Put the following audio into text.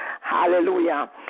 hallelujah